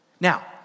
Now